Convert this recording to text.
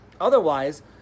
Otherwise